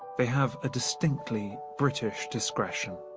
they have a distinctly british discretion.